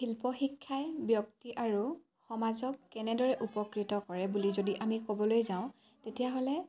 শিল্প শিক্ষাই ব্যক্তি আৰু সমাজক কেনেদৰে উপকৃত কৰে বুলি যদি আমি ক'বলৈ যাওঁ তেতিয়াহ'লে